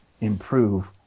improve